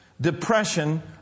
depression